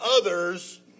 others